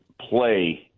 play